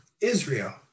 Israel